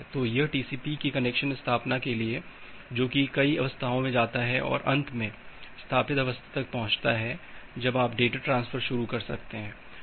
तो यह टीसीपी की कनेक्शन स्थापना के लिए है जो कि कई अवस्थाओं में जाता है और अंत में स्थापित अवस्था तक पहुंचता है जब आप डेटा ट्रांसफर शुरू कर सकते हैं